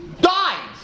died